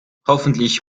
hoffentlich